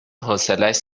حوصلش